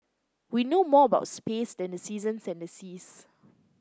we know more about space than the seasons and the seas